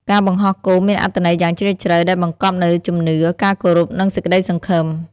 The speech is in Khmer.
ការបង្ហោះគោមមានអត្ថន័យយ៉ាងជ្រាលជ្រៅ ដែលបង្កប់នូវជំនឿ ការគោរព និងសេចក្តីសង្ឃឹម។